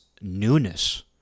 newness